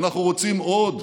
אנחנו רוצים עוד.